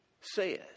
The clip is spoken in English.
says